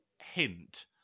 hint